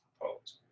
proposed